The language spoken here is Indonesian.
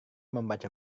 membaca